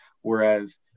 Whereas